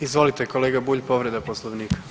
Izvolite kolega Bulj, povreda Poslovnika.